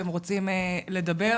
והם רוצים לדבר.